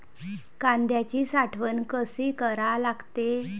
कांद्याची साठवन कसी करा लागते?